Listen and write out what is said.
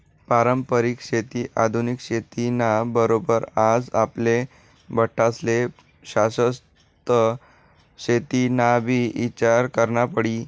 पारंपरिक शेती आधुनिक शेती ना बरोबर आज आपले बठ्ठास्ले शाश्वत शेतीनाबी ईचार करना पडी